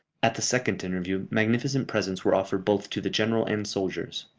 at the second interview, magnificent presents were offered both to the general and soldiers.